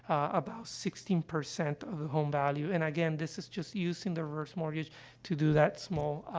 about sixteen percent of the home value. and, again, this is just using the reverse mortgage to do that small,